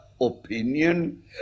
opinion